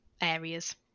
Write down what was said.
areas